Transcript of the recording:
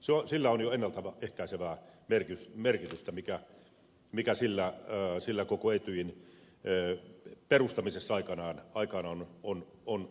sillä on jo ennalta ehkäisevää merkitystä mitä sillä on koko etyjin perustamisessa aikanaan ollut